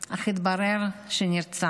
אך התברר שנרצח.